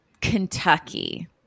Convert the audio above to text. Kentucky